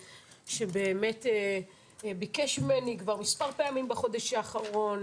שבאמת ביקש ממני כבר מספר פעמים בחודש האחרון,